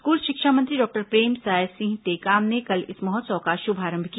school शिक्षा मंत्री doctor Premsai Singh Tekam ने कल इस महोत्सव का शुभारंभ किया